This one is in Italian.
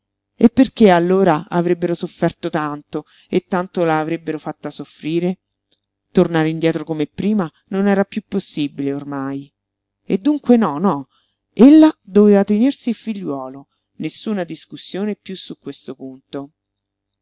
e perché allora avrebbero sofferto tanto e tanto la avrebbero fatta soffrire tornare indietro come prima non era piú possibile ormai e dunque no no ella doveva tenersi il figliuolo nessuna discussione piú su questo punto